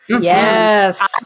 Yes